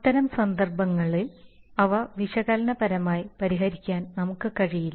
അത്തരം സന്ദർഭങ്ങളിൽ അവ വിശകലനപരമായി പരിഹരിക്കാൻ നമുക്ക് കഴിയില്ല